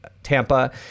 Tampa